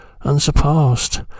Unsurpassed